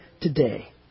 today